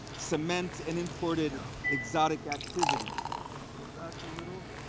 cement, and imported exotic activities. let's go back a little.